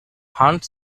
hunt